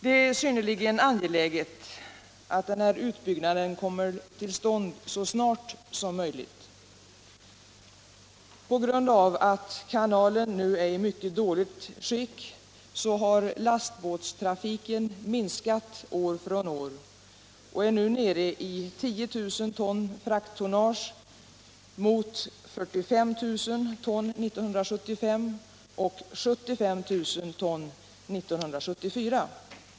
Det är synnerligen angeläget att denna utbyggnad kommer till stånd så snart som möjligt. På grund av att kanalen nu är i mycket dåligt skick har lastbåtstrafiken minskat år från år och är nu nere i 10 000 ton frakttonnage mot 45 000 ton 1975 och 75 000 ton 1974.